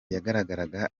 yagaragaraga